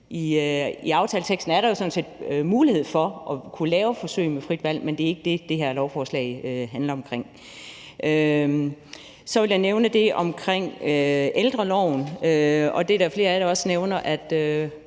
I aftaleteksten er der jo sådan set mulighed for at lave forsøg med frit valg, men det er ikke det, det her lovforslag handler om. Så vil jeg nævne det omkring ældreloven, og det er der flere af jer der også